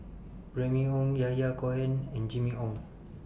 Remy Ong Yahya Cohen and Jimmy Ong